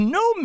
no